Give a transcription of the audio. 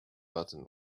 button